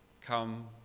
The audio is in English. come